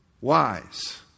wise